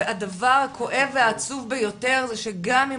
הדבר הכואב והעצוב ביותר זה שגם אם